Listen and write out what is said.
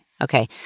Okay